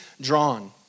drawn